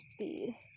speed